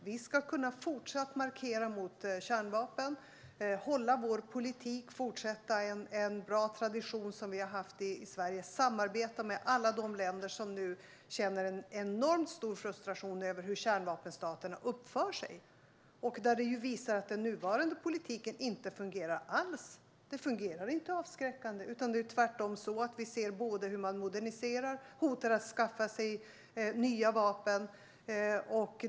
Vi ska fortsätta att markera mot kärnvapen, hålla på vår politik, fortsätta en bra svensk tradition och samarbeta med alla de länder som nu känner en enormt stor frustration över hur kärnvapenstaterna uppför sig. Detta visar att den nuvarande politiken inte fungerar alls. Den fungerar inte avskräckande. Tvärtom ser vi både en modernisering och hot om att införskaffa nya vapen.